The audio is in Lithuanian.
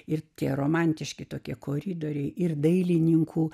ir tie romantiški tokie koridoriai ir dailininkų